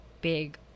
big